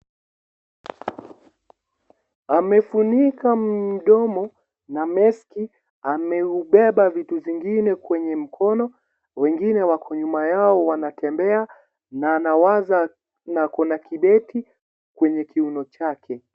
Amefunika mdomo na meski. Amebeba vitu vingine kwenye mkono. Wengine wako nyuma yao wanatembea na anawaza. Na ako na kibeti kwenye kiuno chake.